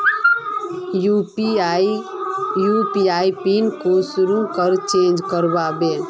UPI PIN कुंसम करे change करबो?